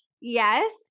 Yes